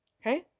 Okay